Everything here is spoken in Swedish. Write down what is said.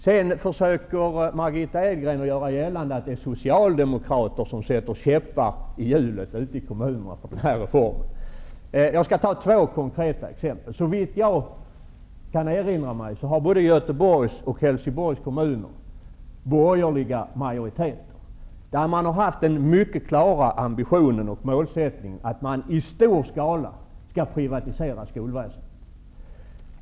Sedan försöker Margitta Edgren göra gällande att det är socialdemokrater som sätter käppar i hjulet för den här reformen ute i kommunerna. Jag skall ta två konkreta exempel. Såvitt jag kan erinra mig har både Göteborgs och Helsingborgs kommuner borgerliga majoriteter. Där har man haft den mycket klara ambitionen att man skall privatisera skolväsendet i stor skala.